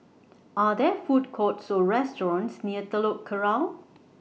Are There Food Courts Or restaurants near Telok Kurau